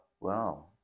Wow